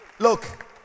Look